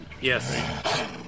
Yes